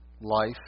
life